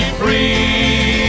free